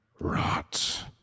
rot